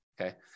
okay